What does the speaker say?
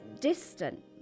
distant